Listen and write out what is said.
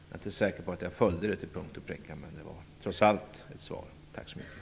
Jag är inte säker på att jag följde det till punkt och pricka, men det var trots allt ett svar. Tack så mycket!